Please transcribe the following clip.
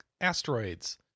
Asteroids